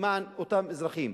למען אותם אזרחים.